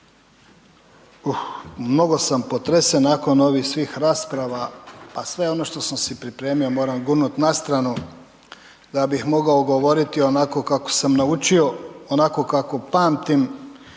mnogo sam potresen nakon ovih svih rasprava pa sve ono što sam si pripremio moram gurnut na stranu da bih mogao govoriti onako kako sam naučio, onako kako pamtim,